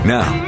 Now